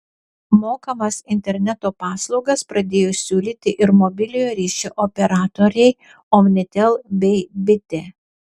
mokamas interneto paslaugas pradėjo siūlyti ir mobiliojo ryšio operatoriai omnitel bei bitė